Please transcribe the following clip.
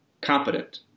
competent